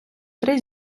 три